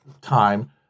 time